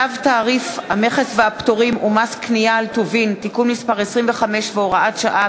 צו תעריף המכס והפטורים ומס קנייה על טובין (תיקון מס' 25 והוראת שעה),